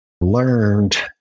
learned